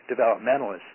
developmentalists